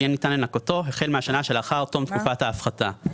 יהיה ניתן לנכותו החל מהשנה שלאחר תום תקופת ההפחתה.